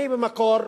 אני במקור,